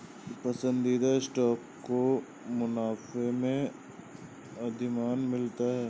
पसंदीदा स्टॉक को मुनाफे में अधिमान मिलता है